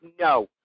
No